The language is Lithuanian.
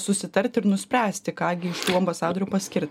susitarti ir nuspręsti ką gi iš tų ambasadorių paskirti